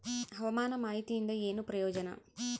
ಹವಾಮಾನ ಮಾಹಿತಿಯಿಂದ ಏನು ಪ್ರಯೋಜನ?